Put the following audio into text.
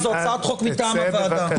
זאת הצעת חוק מטעם הוועדה.